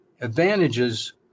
advantages